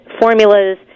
formulas